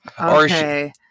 Okay